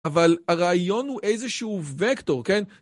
אבל הרעיון הוא איזשהו וקטור, כן?